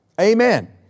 Amen